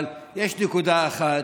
אבל יש נקודה אחת,